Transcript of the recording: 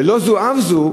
ולא זו אף זו,